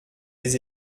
des